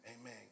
Amen